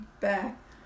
back